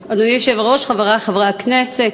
אדוני היושב-ראש, חברי חברי הכנסת,